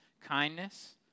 kindness